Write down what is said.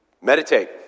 Meditate